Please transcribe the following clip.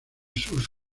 sus